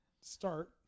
start